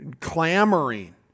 clamoring